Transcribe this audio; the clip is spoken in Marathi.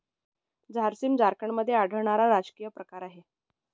झारसीम झारखंडमध्ये आढळणारा राजकीय प्रकार आहे